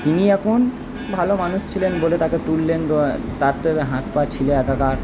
তিনি এখন ভালো মানুষ ছিলেন বলে তাকে তুললেন তার তো এবার হাত পা ছিলে একাকার